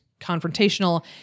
confrontational